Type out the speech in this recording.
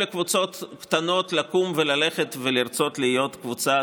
לקום וללכת ולרצות להיות קבוצה,